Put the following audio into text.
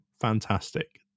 fantastic